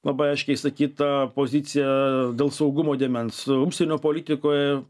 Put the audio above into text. labai aiškiai išsakyta pozicija dėl saugumo dėmens užsienio politikoje